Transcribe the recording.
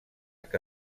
que